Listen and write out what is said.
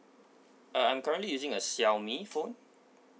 uh I'm currently using a xiaomi phone